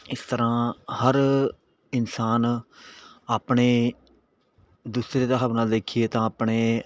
ਇਸ ਤਰ੍ਹਾਂ ਹਰ ਇਨਸਾਨ ਆਪਣੇ ਦੂਸਰੇ ਹਿਸਾਬ ਨਾਲ ਦੇਖੀਏ ਤਾਂ ਆਪਣੇ